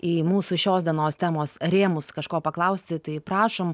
į mūsų šios dienos temos rėmus kažko paklausti tai prašom